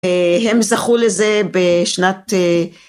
הם זכו לזה בשנת